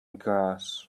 grass